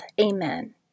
Amen